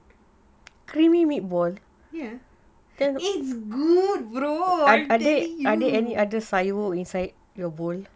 yes then it's good bro I tell you